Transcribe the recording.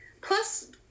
Plus